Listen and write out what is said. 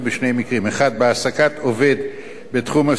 בהעסקת עובד בתחום הסיעוד בניגוד לחוק,